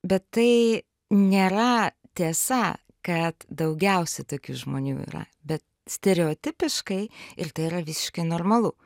bet tai nėra tiesa kad daugiausia tokių žmonių yra bet stereotipiškai ir tai yra visiškai normalu